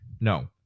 No